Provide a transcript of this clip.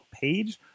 page